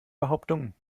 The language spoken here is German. behauptungen